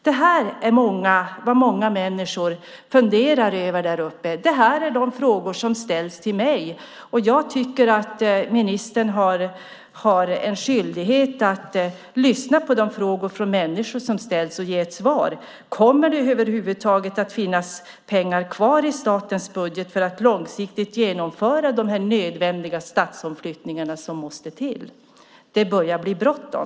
Detta är vad många människor funderar över däruppe. Det är de frågor som ställs till mig. Jag tycker att ministern har en skyldighet att lyssna på de frågor som ställs från människor och ge ett svar. Kommer det över huvud taget att finnas pengar kvar i statens budget för att långsiktigt genomföra de nödvändiga stadsomflyttningarna som måste till? Det börjar bli bråttom.